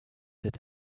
that